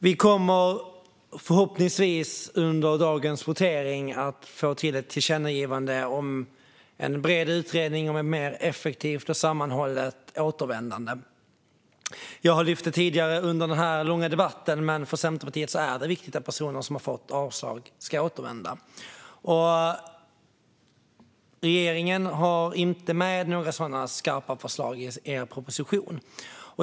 Vi kommer förhoppningsvis under dagens votering att få till ett tillkännagivande om en bred utredning om ett mer effektivt och sammanhållet återvändande. För Centerpartiet är det viktigt att personer som har fått avslag ska återvända. Regeringen har inte med några sådana skarpa förslag i propositionen.